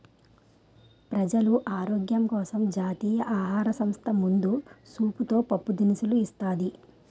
ప్రజలు ఆరోగ్యం కోసం జాతీయ ఆహార సంస్థ ముందు సూపుతో పప్పు దినుసులు ఇస్తాది